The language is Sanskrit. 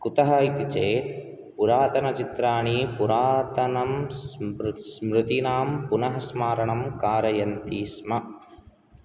कुतः इति चेत् पुरातनचित्राणि पुरातनं स्मृ स्मृतिनां पुनः स्मारणं कारयन्ति स्म